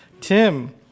Tim